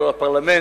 ולא לפרלמנט.